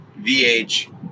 VH